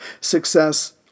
Success